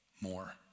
more